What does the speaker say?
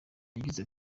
yagize